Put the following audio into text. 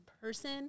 person